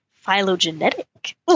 phylogenetic